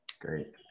great